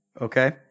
Okay